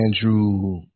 Andrew